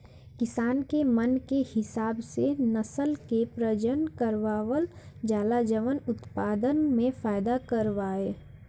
किसान के मन के हिसाब से नसल के प्रजनन करवावल जाला जवन उत्पदान में फायदा करवाए